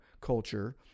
culture